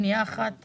פנייה אחת,